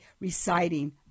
reciting